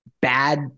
bad